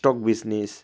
stock business